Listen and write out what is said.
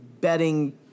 betting